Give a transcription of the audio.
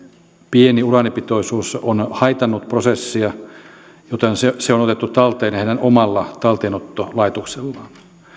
pieni uraanipitoisuus on haitannut prosessia joten se se on otettu talteen heidän omalla talteenottolaitoksellaan